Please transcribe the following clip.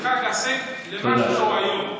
שהופכים את חג הסיגד למה שהוא היום.